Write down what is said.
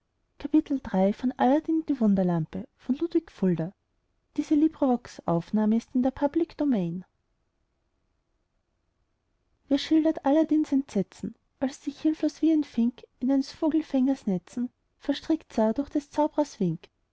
kam wer schildert aladdins entsetzen als er sich hilflos wie ein fink in eines vogelfängers netzen verstrickt sah durch des zaubrers wink